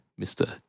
Mr